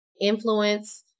influence